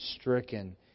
stricken